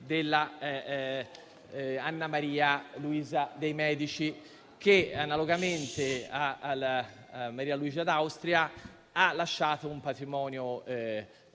di Anna Maria Luisa de' Medici, che, analogamente a Maria Luigia d'Austria, ha lasciato un patrimonio